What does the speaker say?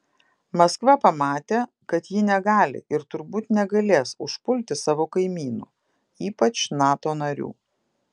maskva pamatė kad ji negali ir turbūt negalės užpulti savo kaimynų ypač nato narių